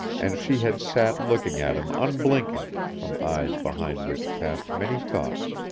and she had sat looking at him unblinking from eyes behind which passed many thoughts.